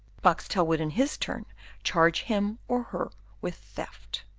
boxtel would in his turn charge him or her with theft.